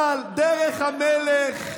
אבל דרך המלך,